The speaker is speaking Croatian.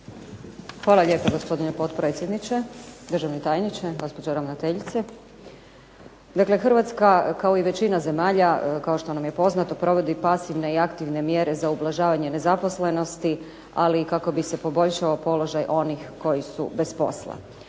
Hvala lijepa gospodine potpredsjedniče, državni tajniče, gospođo ravnateljice. Dakle Hrvatska kao i većina zemalja kao što nam je poznato provodi pasivne i aktivne mjere za ublažavanje nezaposlenosti, ali i kako bi se poboljšao položaj onih koji su bez posla.